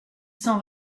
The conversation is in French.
cent